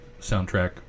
soundtrack